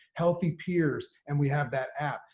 healthy peers, and we have that app.